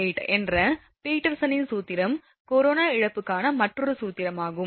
8 என்ற பீட்டர்சனின் சூத்திரம் கொரோனா இழப்புக்கான மற்றொரு சூத்திரம் ஆகும்